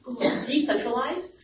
decentralized